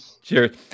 Cheers